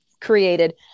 created